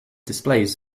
displays